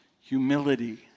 humility